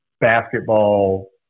basketball